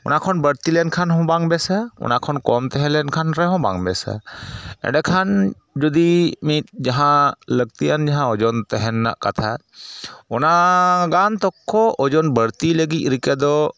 ᱚᱱᱟ ᱠᱷᱚᱱ ᱵᱟᱹᱲᱛᱤ ᱞᱮᱱᱠᱷᱟᱱ ᱦᱚᱸ ᱵᱟᱝ ᱵᱮᱥᱟ ᱚᱱᱟ ᱠᱷᱚᱱ ᱠᱚᱢ ᱛᱮᱦᱮᱸᱞᱮᱱᱠᱷᱟᱱ ᱨᱮᱦᱚᱸ ᱵᱟᱝ ᱵᱮᱥᱟ ᱮᱸᱰᱮᱠᱷᱟᱱ ᱡᱩᱫᱤ ᱱᱤᱛ ᱡᱟᱦᱟᱸ ᱞᱟᱹᱠᱛᱤᱭᱟᱱ ᱡᱟᱦᱟᱸ ᱳᱡᱚᱱ ᱛᱟᱦᱮᱱ ᱨᱮᱱᱟᱜ ᱠᱟᱛᱷᱟ ᱚᱱᱟ ᱫᱟᱱ ᱛᱚᱠᱠᱚ ᱳᱡᱚᱱ ᱵᱟᱹᱲᱛᱤ ᱞᱟᱹᱜᱤᱫ ᱨᱤᱠᱟᱹ ᱫᱚ